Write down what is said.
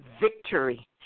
victory